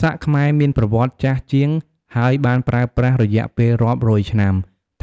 សាក់ខ្មែរ មានប្រវត្តិចាស់ជាងហើយបានប្រើប្រាស់រយៈពេលរាប់រយឆ្នាំ